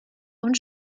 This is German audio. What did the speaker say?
und